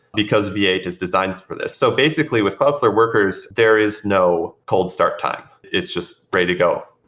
because v eight is designed for this. so basically, with cloudflare workers, there is no cold start time. it's just ready to go.